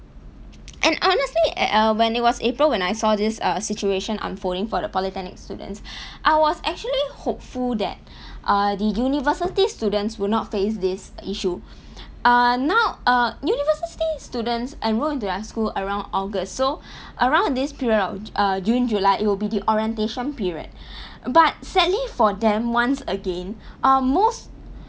and honestly uh uh when it was april when I saw this uh situation unfolding for the polytechnic students I was actually hopeful that uh the university students would not face this issue uh now uh university students enrol into their school around august so around this period of uh during july it will be the orientation period but sadly for them once again uh most